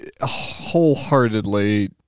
wholeheartedly